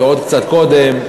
ועוד קצת קודם,